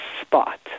spot